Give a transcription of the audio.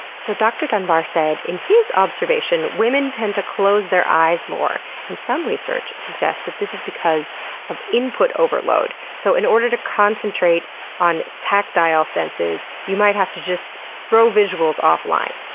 so dr. dunbar said, in his observation, women tend to close their eyes more, and some research suggests this is because of input overload. so in order to concentrate on tactile senses, you might have to just throw visuals offline.